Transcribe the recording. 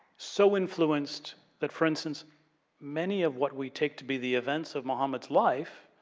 so influenced that for instance many of what we take to be the events of muhammad's life